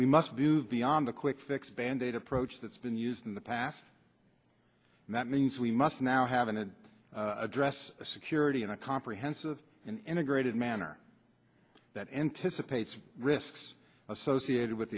we must move beyond the quick fix band aid approach that's been used in the past and that means we must now having to address security in a comprehensive integrated manner that anticipates risks associated with